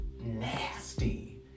nasty